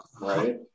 right